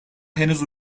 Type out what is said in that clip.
henüz